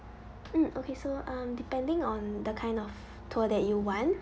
mm okay so um depending on the kind of tour that you want